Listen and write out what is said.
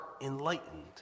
enlightened